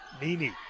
Nini